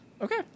Okay